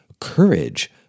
courage